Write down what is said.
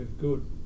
good